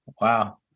Wow